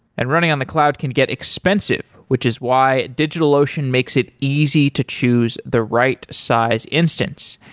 and running on the cloud can get expensive, which is why digitalocean makes it easy to choose the right size instance.